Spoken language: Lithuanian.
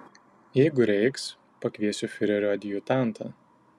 jeigu reiks pakviesiu fiurerio adjutantą